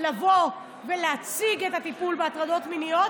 לבוא ולהציג את הטיפול בהטרדות מיניות,